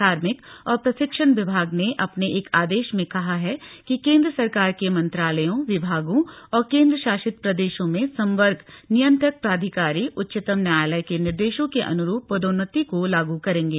कार्मिक और प्रशिक्षण विभाग ने अपने एक आदेश में कहा है कि केन्द्र सरकार के मंत्रालयों विभागों और केन्द्र शासित प्रदेशों में संवर्ग नियंत्रक प्राधिकारी उच्चतम न्यायालय के निर्देशों के अनुरूप पदोन्नति को लागू करेंगे